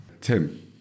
Tim